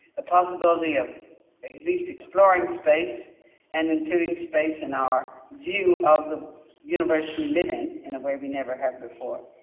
possibility of at least exploring space and including space in our view of the universe we live in in a way we never have before.